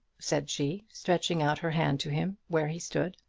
said she, stretching out her hand to him where he stood.